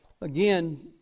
Again